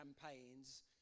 campaigns